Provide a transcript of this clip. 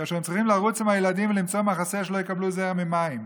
אשר צריכים לרוץ עם הילדים למצוא מחסה שלא יקבלו זרם עם מים.